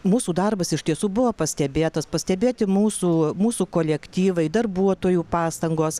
mūsų darbas iš tiesų buvo pastebėtas pastebėti mūsų mūsų kolektyvai darbuotojų pastangos